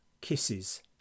kisses